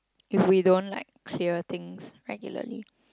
if we don't like clear things regularly